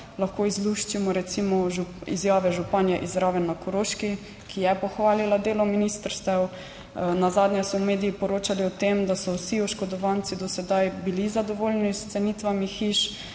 lahko izluščimo recimo izjave županje iz Raven na Koroškem, ki je pohvalila delo ministrstev. Nazadnje so mediji poročali o tem, da so vsi oškodovanci do sedaj bili zadovoljni s cenitvami hiš.